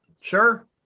Sure